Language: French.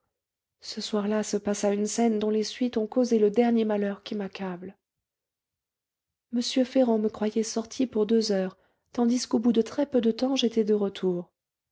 ce soir-là se passa une scène dont les suites ont causé le dernier malheur qui m'accable m ferrand me croyait sortie pour deux heures tandis qu'au bout de très-peu de temps j'étais de retour